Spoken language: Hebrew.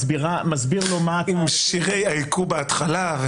מסביר לו מה --- עם שירי היכו בהתחלה.